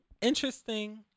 interesting